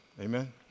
Amen